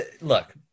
look